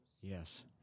Yes